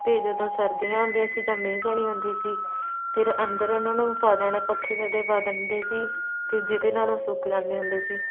ਅਤੇ ਜਦੋਂ ਸਰਦੀਆਂ ਹੁੰਦੀਆਂ ਸੀ ਜਾਂ ਮੀਂਹ ਕਣੀ ਹੁੰਦੀ ਸੀ ਫਿਰ ਅੰਦਰ ਉਹਨਾਂ ਨੂੰ ਪਾ ਦੇਣਾ ਪੱਖੇ ਥੱਲੇ ਪਾ ਦਿੰਦੇ ਸੀ ਅਤੇ ਜਿਹਦੇ ਨਾਲ ਉਹ ਸੁੱਕ ਜਾਂਦੇ ਹੁੰਦੇ ਸੀ